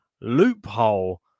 loophole